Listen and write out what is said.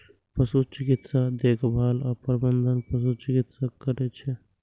पशु चिकित्सा देखभाल आ प्रबंधन पशु चिकित्सक करै छै